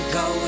go